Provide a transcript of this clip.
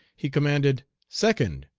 he commanded, second,